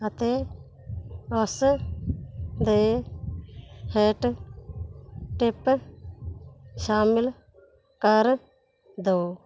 ਅਤੇ ਉਸ ਦੇ ਹੇਠ ਟਿਪ ਸ਼ਾਮਿਲ ਕਰ ਦਿਉ